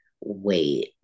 wait